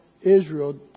Israel